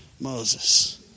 Moses